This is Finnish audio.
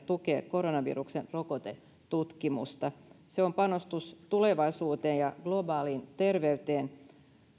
tukee koronaviruksen rokotetutkimusta se on panostus tulevaisuuteen ja globaaliin terveyteen